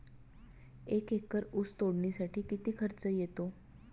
एक एकर ऊस तोडणीसाठी किती खर्च येतो?